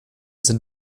sind